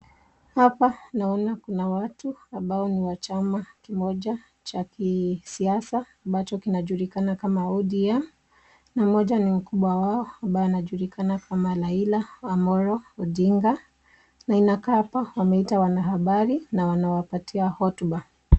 Hapa naona kuna watu ambao ni wa chama kimoja cha kisiasa ambacho kinajulikana kama ODM mmoja ni mkubwa wao ambaye anajulikana kama Raila Omollo Odinga. naInakaa hapa ameita wanahabari na anawapatia hotuba.